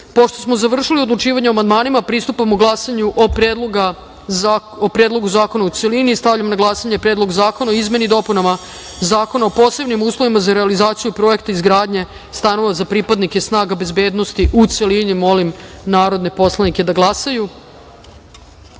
smo završili odlučivanje o amandmanima, pristupamo glasanju o Predlogu zakona u celini. Stavljam na glasanje Predlog zakona o izmeni i dopunama Zakona o posebnim uslovima za realizaciju projekta izgradnje stanova za pripadnike snaga bezbednosti, u celini. Molim narodne poslanike da